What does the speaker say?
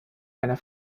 einer